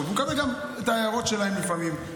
אומרים ולקבל גם את ההערות שלהם לפעמים,